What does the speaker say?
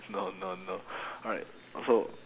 no no no alright so